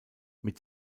mit